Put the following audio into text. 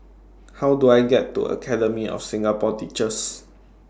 How Do I get to Academy of Singapore Teachers